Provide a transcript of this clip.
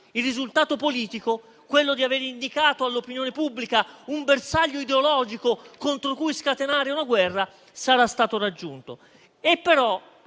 il risultato politico, quello cioè di aver indicato all'opinione pubblica un bersaglio ideologico contro cui scatenare una guerra, sarà stato raggiunto.